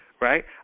right